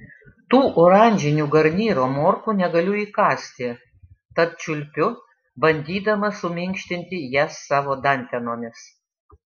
tų oranžinių garnyro morkų negaliu įkąsti tad čiulpiu bandydama suminkštinti jas savo dantenomis